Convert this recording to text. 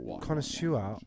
connoisseur